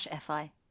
FI